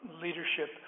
leadership